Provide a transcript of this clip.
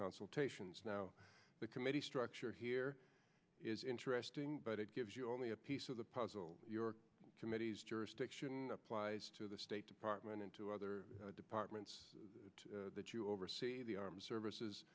consultations now the committee structure here is interesting but it gives you only a piece of the puzzle committee's jurisdiction applies to the state department and to other departments that you oversee the armed services